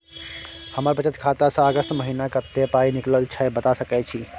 हमर बचत खाता स अगस्त महीना कत्ते पाई निकलल छै बता सके छि?